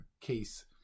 case